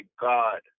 God